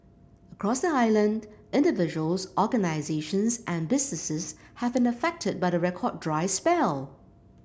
across the island individuals organisations and businesses have been affected by the record dry spell